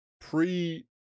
pre